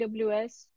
AWS